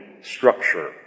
structure